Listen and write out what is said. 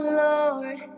lord